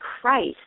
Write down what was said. Christ